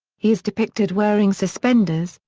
he is depicted wearing suspenders,